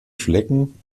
flecken